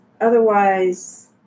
otherwise